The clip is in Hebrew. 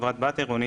חברת בת עירונית,